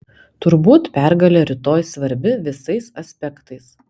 turbūt pergalė rytoj svarbi visais aspektais